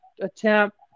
attempt